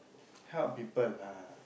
help people lah